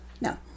No